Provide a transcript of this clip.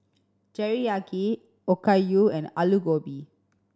Teriyaki Okayu and Alu Gobi